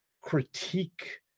critique